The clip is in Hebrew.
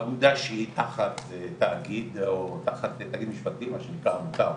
אגודה שהיא תחת תאגיד או תחת תאגיד משפטי שנקרא עמותה ...